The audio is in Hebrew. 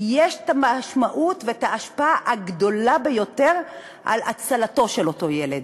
יש את המשמעות וההשפעה הגדולות ביותר על הצלתו של אותו ילד.